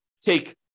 take